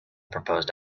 proposed